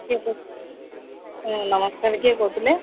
କିଏ କଉ ହୁଁ ନମସ୍କାର କିଏ କହୁଥିଲେ